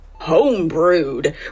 homebrewed